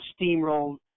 steamrolled